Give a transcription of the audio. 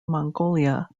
mongolia